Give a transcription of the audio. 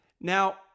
Now